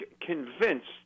convinced